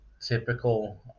typical